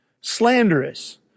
slanderous